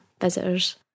visitors